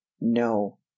no